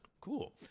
Cool